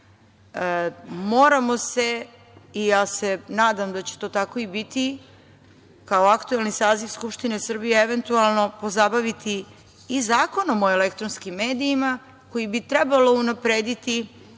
Moramo se i nadam se da će tako i biti, kao aktuelni saziv Skupštine Srbije eventualno pozabaviti i Zakonom o elektronskim medijima, koji bi trebalo unaprediti